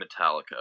Metallica